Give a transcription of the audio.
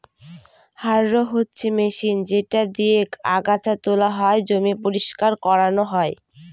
harrow হচ্ছে machine যেটা দিয়েক আগাছা তোলা হয়, জমি পরিষ্কার করানো হয়